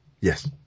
Yes